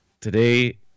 Today